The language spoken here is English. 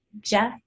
Jeff